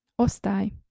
Ostai